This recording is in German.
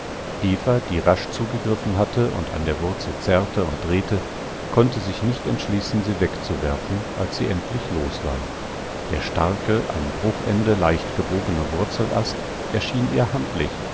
eva die rasch zugegriffen hatte und an der wurzel zerrte und drehte konnte sich nicht entschließen sie wegzuwerfen als sie endlich los war der starke am bruchende leicht gebogene wurzelast erschien ihr handlich